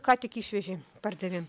ką tik išvežė pardavėm